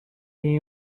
being